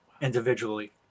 individually